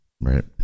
Right